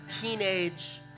teenage